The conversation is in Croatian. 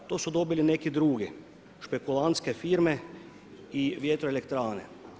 To su dobili neke druge špekulanske firme i vjetroelektrane.